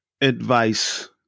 advice